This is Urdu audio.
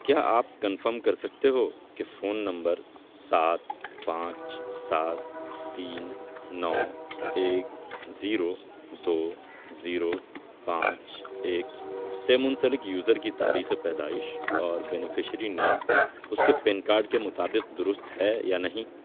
کیا آپ کنفرم کر سکتے ہو کہ فون نمبر سات پانچ سات تین نو ایک زیرو دو زیرو پانچ ایک سے منسلک یوزر کی تاریخِ پیدائش اور بینیفشیری نیم اس کے پین کارڈ کے مطابق درست ہے یا نہیں